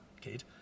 kid